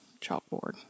chalkboard